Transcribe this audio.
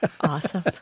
Awesome